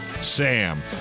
Sam